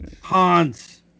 Hans